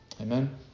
Amen